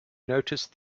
noticed